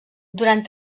durant